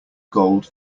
gold